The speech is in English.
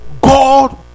God